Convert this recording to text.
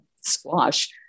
squash